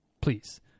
please